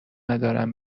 ندارم